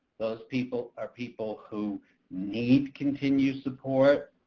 those people are people who need continued support,